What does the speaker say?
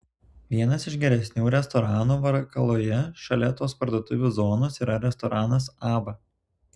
vienas iš geresnių restoranų varkaloje šalia tos parduotuvių zonos yra restoranas abba